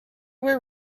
were